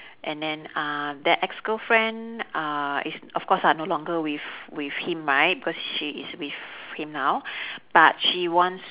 and then uh that ex girlfriend uh is of course lah no longer with with him right because she is with him now but she wants